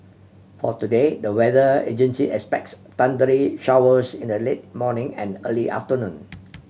for today the weather agency expects thundery showers in the late morning and early afternoon